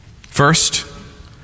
First